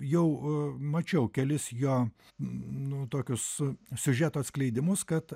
jau mačiau kelis jo nu tokius siužeto atskleidimus kad